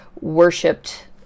worshipped